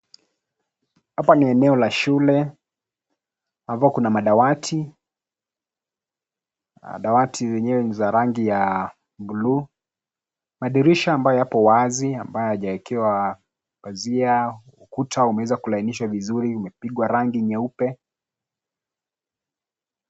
Hapa ni eneo la shule ambapo kuna madawati. Dawati zenyewe ni za rangi ya bluu. Madirisha ambayo yapo wazi ambayo hayajawekewa pazia. Ukuta ulioweza kulainishwa vizuri umepigwa rangi nyeupe.